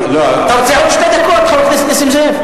אתה רוצה עוד שתי דקות, חבר הכנסת נסים זאב?